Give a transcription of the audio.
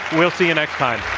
we'll see you next time.